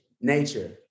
nature